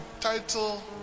title